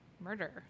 murder